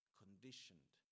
conditioned